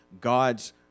God's